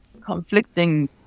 conflicting